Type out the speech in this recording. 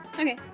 Okay